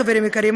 חברים יקרים,